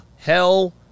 Hell